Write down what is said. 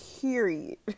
period